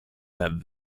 that